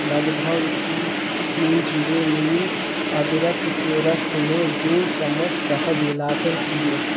लगभग तीस तीन जीरो मिली अदरक के रस में दो चम्मच शहद मिलाकर पीएँ